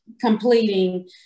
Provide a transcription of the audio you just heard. completing